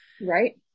right